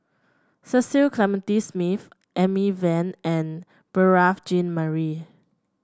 Cecil Clementi Smith Amy Van and Beurel Jean Marie